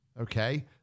okay